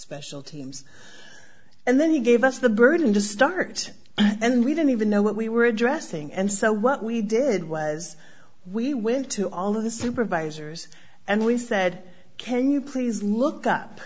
special teams and then he gave us the burden to start and we didn't even know what we were addressing and so what we did was we went to all of the supervisors and we said can you please look up